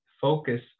focus